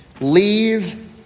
Leave